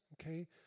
okay